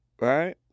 Right